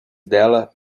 dela